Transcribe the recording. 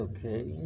Okay